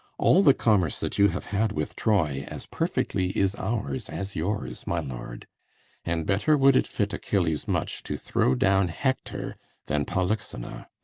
all the commerce that you have had with troy as perfectly is ours as yours, my lord and better would it fit achilles much to throw down hector than polyxena.